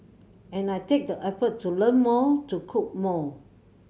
and I take the effort to learn more to cook more